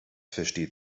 versteht